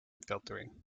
filtering